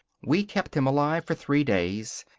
we kept him alive for three days,